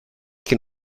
can